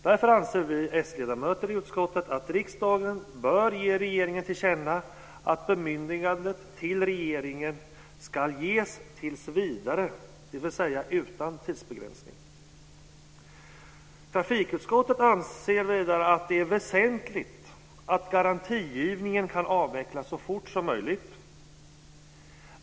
Därför anser vi sledamöter i utskottet att riksdagen bör ge regeringen till känna att bemyndigandet till regeringen ska ges tills vidare, dvs. utan tidsbegränsning. Trafikutskottet anser vidare att det är väsentligt att garantigivningen kan avvecklas så fort som möjligt.